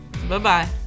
Bye-bye